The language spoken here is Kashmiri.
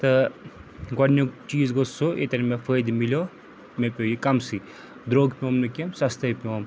تہٕ گۄڈٕنیٛک چیٖز گوٚو سُہ ییٚتیٚن مےٚ فٲیدٕ میلیٛو مےٚ پیٚو یہِ کَمسٕے درٛوٚگ پیٛوم نہٕ کیٚنٛہہ سَستٔے پیٛوم